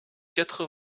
quatre